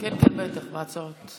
יש לך דקה.